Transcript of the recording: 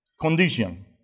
condition